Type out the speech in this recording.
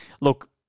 look